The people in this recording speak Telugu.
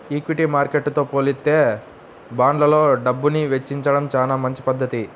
ఈక్విటీ మార్కెట్టుతో పోలిత్తే బాండ్లల్లో డబ్బుని వెచ్చించడం చానా మంచి పధ్ధతి